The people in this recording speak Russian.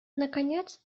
наконец